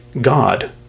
God